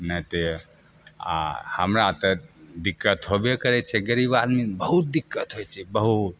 नहि तऽ आओर हमरा तऽ दिक्कत होबे करै छै गरीब आदमी बहुत दिक्कत होइ छै बहुत